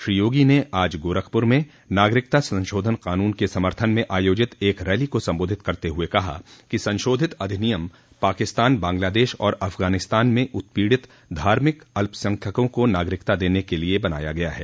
श्री योगी ने आज गोरखपुर में नागरिकता संशोधन क़ानून क समर्थन में आयोजित एक रैली को सबोधित करते हुए कहा कि संशोधित अधिनियम पाकिस्तान बांग्लादेश और अफगानिस्तान में उत्पीड़ित धार्मिक अल्पसंख्यकों को नागरिकता देने के लिए बनाया गया ह